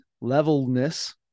levelness